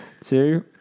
two